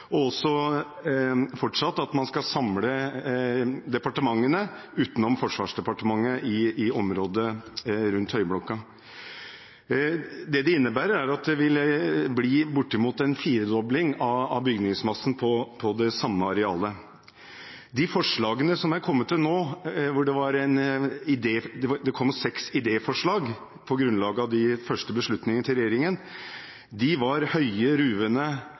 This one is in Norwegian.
og også at man fortsatt skal samle departementene, unntatt Forsvarsdepartementet, i området rundt Høyblokka. Det innebærer bortimot en firedobling av bygningsmassen på det samme arealet. Blant forslagene som har kommet til nå, er seks idéforslag på grunnlag av de første beslutningene til regjeringen. Bygningene var høye og ruvende,